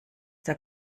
der